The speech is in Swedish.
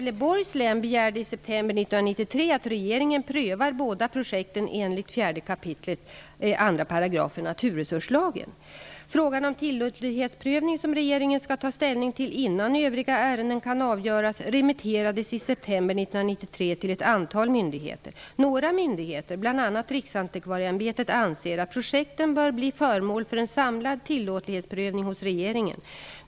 1993 att regeringen prövar båda projekten enligt Frågan om tillåtlighetsprövning, som regeringen skall ta ställning till innan övriga ärenden kan avgöras, remitterades i september 1993 till ett antal myndigheter. Några myndigheter, bl.a. Riksantikvarieämbetet, anser att projekten bör bli föremål för en samlad tillåtlighetsprövning hos regeringen.